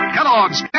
Kellogg's